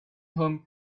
home